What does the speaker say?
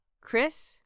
Chris